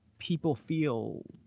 people feel,